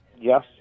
Yes